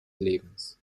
lebens